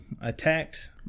attacked